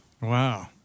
Wow